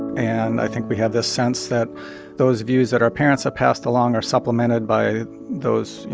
and i think we have this sense that those views that our parents have passed along are supplemented by those, you